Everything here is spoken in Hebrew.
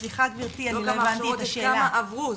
לא כמה הכשרות היו, כמו עברו את ההכשרות.